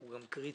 הוא גם קריטי,